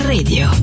Radio